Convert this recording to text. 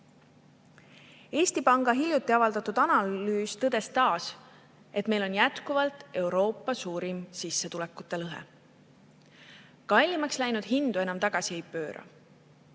vastu. Eesti Panga hiljuti avaldatud analüüs tõdes taas, et meil on jätkuvalt Euroopa suurim sissetulekute lõhe. Kallimaks läinud hindu enam tagasi ei pööra.